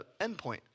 endpoint